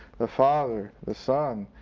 the father, the son,